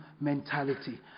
mentality